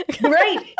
Right